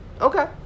Okay